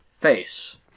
face